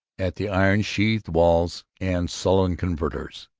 at the iron-sheathed walls and sullen converters.